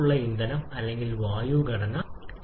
6 അല്ലെങ്കിൽ നിങ്ങൾക്ക് 0